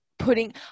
Putting